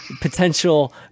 potential